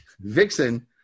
vixen